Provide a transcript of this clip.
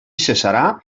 cessarà